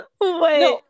Wait